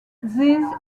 these